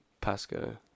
Pasco